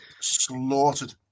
slaughtered